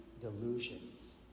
delusions